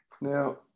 Now